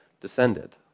descended